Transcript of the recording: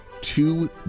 two